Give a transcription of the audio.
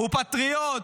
הוא פטריוט,